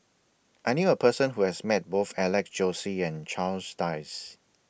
I knew A Person Who has Met Both Alex Josey and Charles Dyce